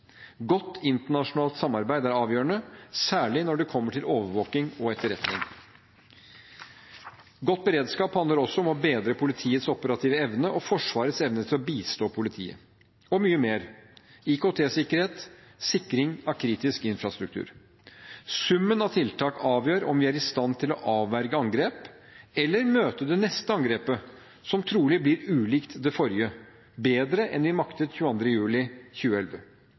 Godt internasjonalt samarbeid er avgjørende, særlig når det gjelder overvåking og etterretning. God beredskap handler også om å bedre politiets operative evne og Forsvarets evne til å bistå politiet, og mye mer, som IKT-sikkerhet og sikring av kritisk infrastruktur. Summen av tiltak avgjør om vi er i stand til å avverge angrep eller møte det neste angrepet – som trolig blir ulikt det forrige – bedre enn vi maktet 22. juli 2011.